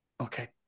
Okay